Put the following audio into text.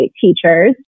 teachers